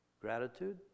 gratitude